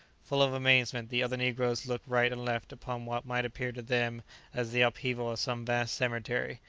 full of amazement, the other negroes looked right and left upon what might appear to them as the upheaval of some vast cemetery,